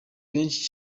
benshi